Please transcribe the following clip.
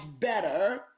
better